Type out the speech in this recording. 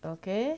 okay